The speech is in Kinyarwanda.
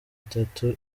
itatu